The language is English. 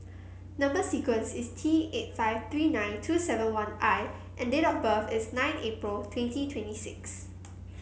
number sequence is T eight five three nine two seven one I and date of birth is nine April twenty twenty six